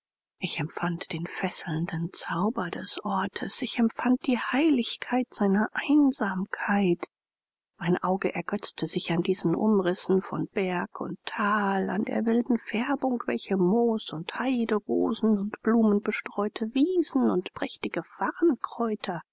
ich empfand den fesselnden zauber des ortes ich empfand die heiligkeit seiner einsamkeit mein auge ergötzte sich an diesen umrissen von berg und thal an der wilden färbung welche moos und heiderosen und blumenbestreute wiesen und prächtige